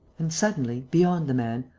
and, suddenly, beyond the man,